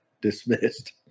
dismissed